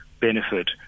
benefit